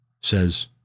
says